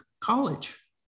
college